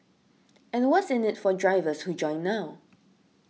and what's in it for drivers who join now